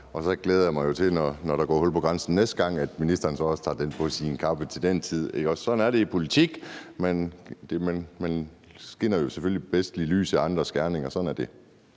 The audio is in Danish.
Og så glæder jeg mig jo til, at når der går hul på grænsen næste gang, tager ministeren også det på sin kappe til den tid, ikke også? Sådan er det i politik. Man skinner selvfølgelig bedst i lyset af andres gerninger. Sådan er det.